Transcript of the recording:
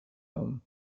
home